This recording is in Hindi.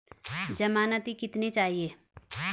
ज़मानती कितने चाहिये?